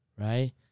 right